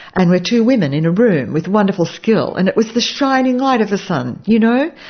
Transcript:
and we're two women in a room with wonderful skill, and it was the shining light of the sun you know,